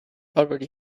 already